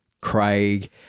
Craig